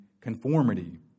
conformity